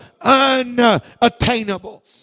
unattainable